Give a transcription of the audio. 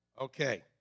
Okay